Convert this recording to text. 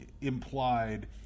implied